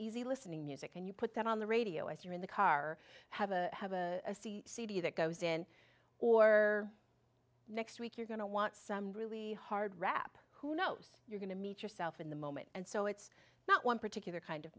easy listening music and you put that on the radio if you're in the car have a have a cd that goes in or next week you're going to want some really hard rap who knows you're going to meet yourself in the moment and so it's not one particular kind of